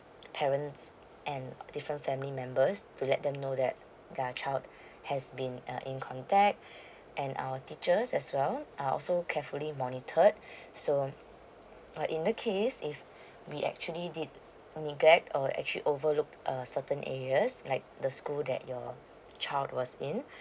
parents and different family members to let them know that their child has been err in contact and our teachers as well are also carefully monitored so uh in that case if we actually did neglect or actually overlooked certain areas like the school that your child was in